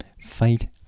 fight